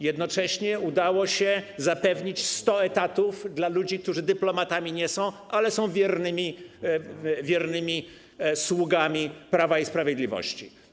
Jednocześnie udało się zapewnić 100 etatów dla ludzi, którzy dyplomatami nie są, ale są wiernymi sługami Prawa i Sprawiedliwości.